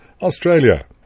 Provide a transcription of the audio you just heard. Australia